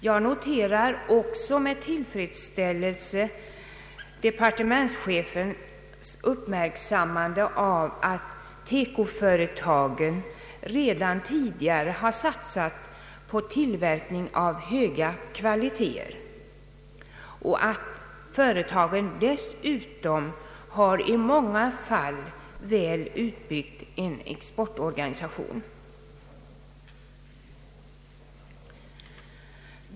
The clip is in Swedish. Jag noterar också med tillfredsställelse departementschefens uppmärksammande av att teko-företagen redan tidigare har satsat på tillverkning av höga kvaliteter och att företagen dessutom i många fall har väl utbyggd exportorganisation.